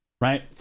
right